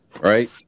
right